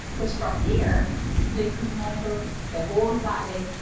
cause from here they could monitor the whole valley.